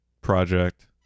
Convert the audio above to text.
project